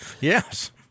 Yes